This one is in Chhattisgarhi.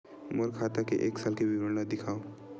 मोर खाता के एक साल के विवरण ल दिखाव?